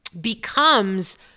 becomes